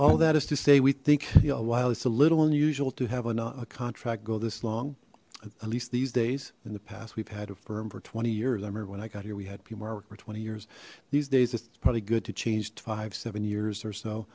all that is to say we think you know while it's a little unusual to have a contract go this long at least these days in the past we've had a firm for twenty years i remember when i got here we had pmark for twenty years these days it's probably good to change five seven years or so